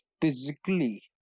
physically